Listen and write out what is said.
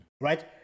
Right